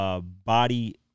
body